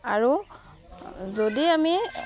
আৰু যদি আমি